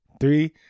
Three